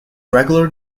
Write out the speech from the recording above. regular